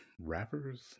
Rappers